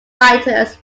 fighters